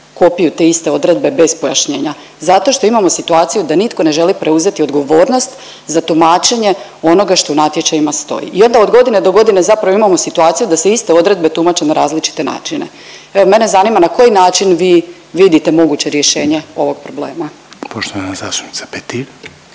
Kopiju te iste odredbe bez pojašnjenja zato što imamo situaciju da nitko ne želi preuzeti odgovornost za tumačenje onoga što u natječajima stoji i onda od godine do godine zapravo imamo situaciju da se iste odredbe tumače na različite načine. Evo mene zanima na koji način vi vidite moguće rješenje ovog problema. **Reiner,